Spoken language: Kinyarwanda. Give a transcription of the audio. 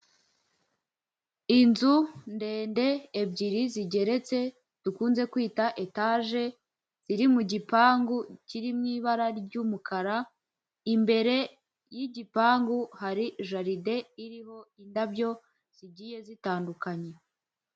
Inzu ndende ebyiri zigeretse, dukunze kwita etaje, ziri mu gipangu kiri mu ibara ry'umukara, imbere y'igipangu hari jaride iriho indabyo zigiye zitandukanye.